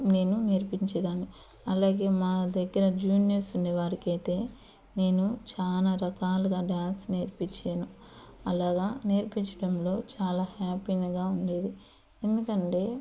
నేను నేర్పించే దాన్ని అలాగే మా దగ్గర జూనియర్స్ ఉండే వారికి అయితే నేను చాలా రకాలుగా డాన్స్ నేర్పించాను అలాగ నేర్పించటంలో చాలా హాపెనెస్గా ఉండేది ఎందుకంటే